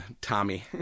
Tommy